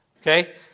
Okay